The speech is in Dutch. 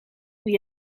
wie